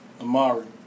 Amari